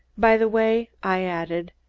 by the way, i added.